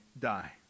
die